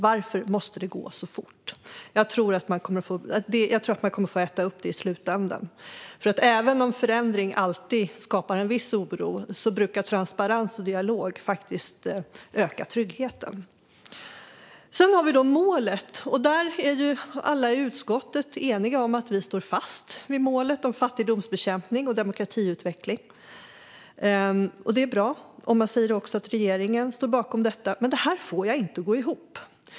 Varför måste det gå så fort? Jag tror att man kommer att få äta upp det i slutändan, för även om förändring alltid skapar en viss oro brukar transparens och dialog faktiskt öka tryggheten. Sedan har vi målet. Där är ju alla i utskottet eniga om att vi står fast vid målet om fattigdomsbekämpning och demokratiutveckling. Det är bra. Man säger också att regeringen står bakom detta. Men jag får inte detta att gå ihop.